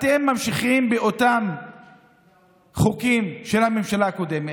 אתם ממשיכים באותם חוקים של הממשלה הקודמת.